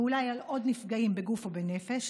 ואולי על עוד נפגעים בגוף או בנפש,